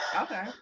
Okay